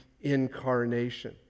incarnation